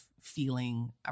feeling